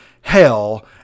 hell